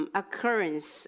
occurrence